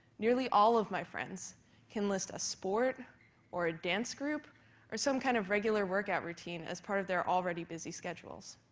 nearly all of my friends can list a sport or dance group or some kind of regular workout routine as part of their already busy schedules.